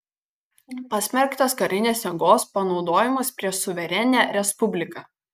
pasmerktas karinės jėgos panaudojimas prieš suverenią respubliką